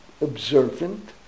observant